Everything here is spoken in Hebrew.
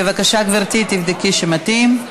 בבקשה, גברתי, תבדקי שמתאים.